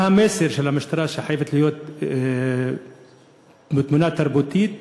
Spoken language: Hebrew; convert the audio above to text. מה המסר של המשטרה, שחייבת להיות תמונה תרבותית